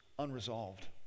Unresolved